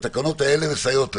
והתקנות האלה מסייעות להם.